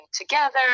together